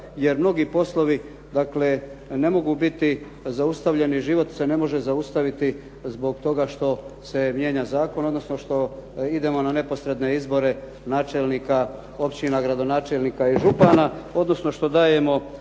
jer mnogi poslovi dakle, ne mogu biti zaustavljeni, život se ne može zaustaviti zbog toga što se mijenja zakon, odnosno što idemo na neposredne izbore, načelnika općina, gradonačelnika i župana, odnosno što dajemo